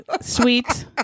sweet